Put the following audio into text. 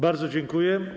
Bardzo dziękuję.